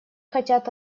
хотят